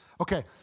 Okay